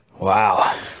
Wow